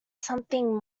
something